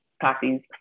copies